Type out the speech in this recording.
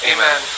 Amen